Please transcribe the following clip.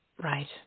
Right